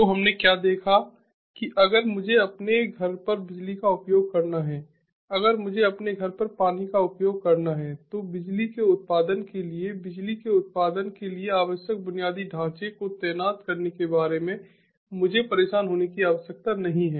तो हमने क्या देखा कि अगर मुझे अपने घर पर बिजली का उपयोग करना है अगर मुझे अपने घर पर पानी का उपयोग करना है तो बिजली के उत्पादन के लिए बिजली के उत्पादन के लिए आवश्यक बुनियादी ढांचे को तैनात करने के बारे में मुझे परेशान होने की आवश्यकता नहीं है